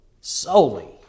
solely